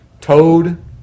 Toad